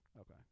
Okay